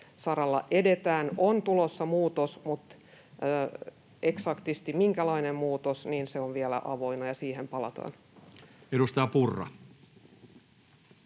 saralla edetään. On tulossa muutos, mutta se, minkälainen muutos eksaktisti, on vielä avoinna, ja siihen palataan. [Speech 22]